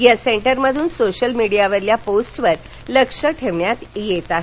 या सेंटरमधून सोशल मिडीयावरील पोस्टंवर लक्ष ठेवण्यात येत आहे